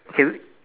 okay